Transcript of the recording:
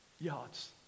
yards